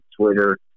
Twitter